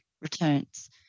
returns